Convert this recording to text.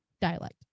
dialect